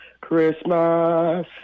Christmas